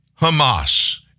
Hamas